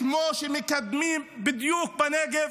כמו שמקדמים בדיוק בנגב,